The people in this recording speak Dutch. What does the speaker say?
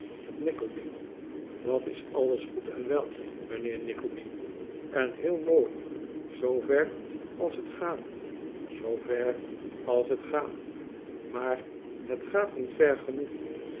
nickleby dat is alles goed en wel mijnheer nickleby en heel mooi zoo ver als het gaat zoo ver als het gaat maar het gaat niet ver genoeg